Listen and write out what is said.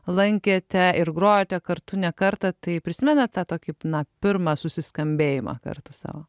lankėte ir grojote kartu ne kartą tai prisimenat tą tokį na pirmą susiskambėjimą kartu sau